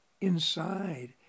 inside